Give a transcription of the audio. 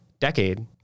decade